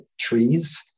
trees